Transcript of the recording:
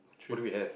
what do we have